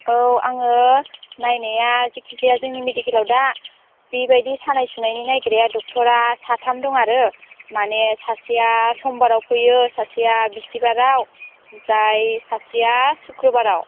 औ आङो नायनाया जायखिजाया जोंनि मेडिकेलाव दा बेबायदि सानाय सुनायनि नायग्राया डक्ट'रा साथाम दं आरो माने सासेया समबाराव फैयो सासेया बिस्टिबाराव ओमफ्राय सासेया सुक्र'बाराव